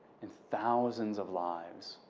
in thousands of lives.